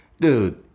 dude